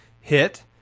hit